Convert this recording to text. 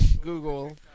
Google